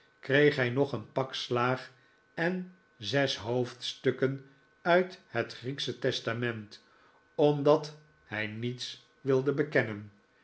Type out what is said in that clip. kreeg hij nog een pak slaag en zes hoofdstukken uit het grieksche testament randat hij niets wilde bekennen